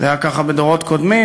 זה היה ככה בדורות קודמים?